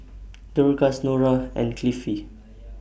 Dorcas Nora and Cliffie